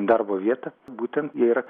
darbo vietą būtent jie yra